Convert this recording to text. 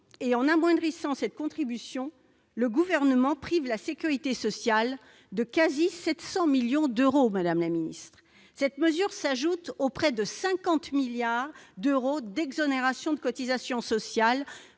ou en abaissant cette contribution, le Gouvernement prive la sécurité sociale de quasiment 700 millions d'euros, madame la secrétaire d'État. Cette mesure s'ajoute aux près de 50 milliards d'euros d'exonérations de cotisations sociales